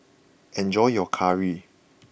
enjoy your Curry